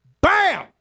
bam